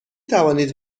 توانید